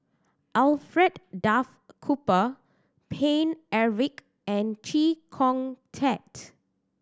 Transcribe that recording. Alfred Duff Cooper Paine Eric and Chee Kong Tet